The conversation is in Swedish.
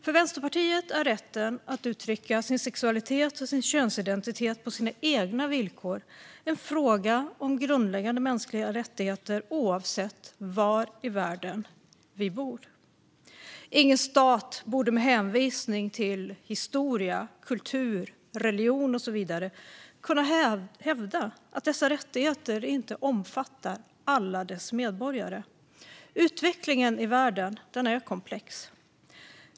För Vänsterpartiet är rätten att uttrycka sin sexualitet och sin könsidentitet på sina egna villkor en fråga om grundläggande mänskliga rättigheter, oavsett var i världen vi bor. Ingen stat borde med hänvisning till historia, kultur, religion och så vidare kunna hävda att dessa rättigheter inte omfattar alla dess medborgare. Utvecklingen i världen är komplex.